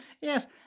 Yes